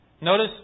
Notice